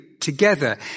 together